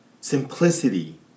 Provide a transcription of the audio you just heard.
simplicity